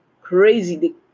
crazy